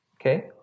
Okay